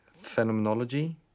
phenomenology